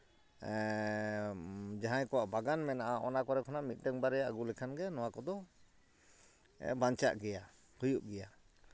ᱡᱟᱦᱟᱸᱭ ᱠᱚᱣᱟᱜ ᱵᱟᱜᱟᱱ ᱢᱮᱱᱟᱜᱼᱟ ᱚᱱᱟ ᱠᱚᱨᱮ ᱠᱷᱚᱱᱟᱜ ᱢᱤᱫᱴᱟᱝ ᱵᱟᱨᱭᱟ ᱟᱹᱜᱩ ᱞᱮᱠᱷᱟᱱ ᱜᱮ ᱱᱚᱣᱟ ᱠᱚᱫᱚ ᱵᱟᱧᱪᱟᱜ ᱜᱮᱭᱟ ᱦᱩᱭᱩᱜ ᱜᱮᱭᱟ